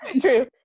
True